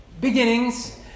beginnings